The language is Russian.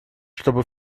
чтобы